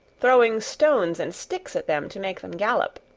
throwing stones and sticks at them to make them gallop.